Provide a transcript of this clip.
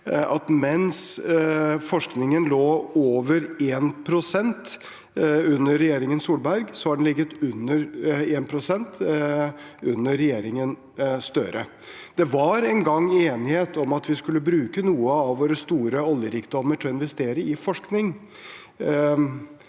mens forskningen lå over 1 pst. under regjeringen Solberg, har den ligget under 1 pst. under regjeringen Støre. Det var en gang enighet om at vi skulle bruke noe av vår store oljerikdom til å investere i forskning.